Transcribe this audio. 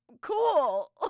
Cool